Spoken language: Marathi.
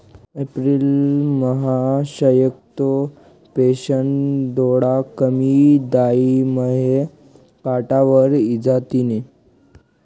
एप्रिलम्हा शक्यतो पेंशन थोडा कमी टाईमम्हा खातावर इजातीन